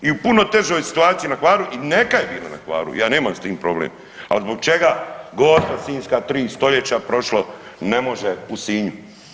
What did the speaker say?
I u puno težoj situaciji na Hvaru i neka je bilo na Hvaru ja nemam s tim problem, ali zbog čega Gospa Sinjska 3 stoljeća prošlo ne može u Sinju?